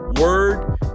word